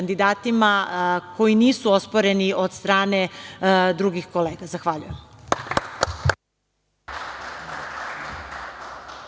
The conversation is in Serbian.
koji nisu osporeni od strane drugih kolega. Zahvaljujem.